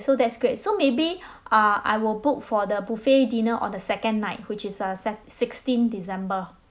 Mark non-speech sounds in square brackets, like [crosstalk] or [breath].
so that's great so maybe [breath] uh I will book for the buffet dinner on the second night which is uh sec~ sixteen december